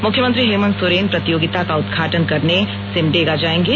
मुख्यमंत्री हेमंत सोरेन प्रतियोगिता का उदघाटन करने के लिए सिमडेगा जाएंगे